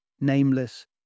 nameless